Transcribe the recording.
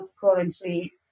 currently